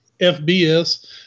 FBS